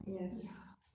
Yes